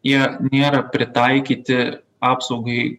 jie nėra pritaikyti apsaugai